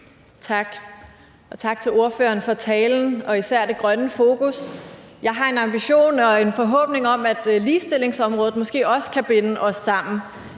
Tak, og tak til ordføreren for talen og især det grønne fokus. Jeg har en ambition og en forhåbning om, at ligestillingsområdet måske også kan binde os sammen.